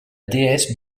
déesse